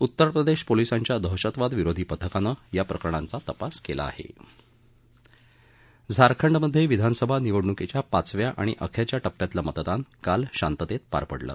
उत्तर प्रदा पोलीसांच्या दहशतवादविरोधी पथकानं या प्रकरणाचा तपास कला आह झारखंडमधविधानसभा निवडणुकीच्या पाचव्या आणि अखख्या टप्प्यातलं मतदान काल शांतत्त पार पडलं